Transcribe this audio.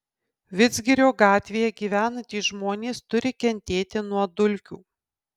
vidzgirio gatvėje gyvenantys žmonės turi kentėti nuo dulkių